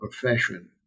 profession